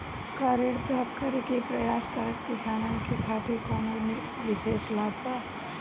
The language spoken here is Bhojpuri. का ऋण प्राप्त करे के प्रयास करत किसानन के खातिर कोनो विशेष लाभ बा